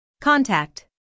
Contact